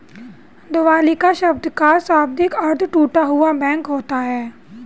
दिवालिया शब्द का शाब्दिक अर्थ टूटा हुआ बैंक होता है